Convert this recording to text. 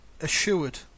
assured